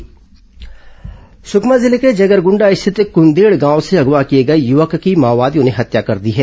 माओवादी मुठभेड़ सुकमा जिले के जगरगुंडा स्थित कुंदेड़ गांव से अगवा किए गए युवक की माओवादियों ने हत्या कर दी है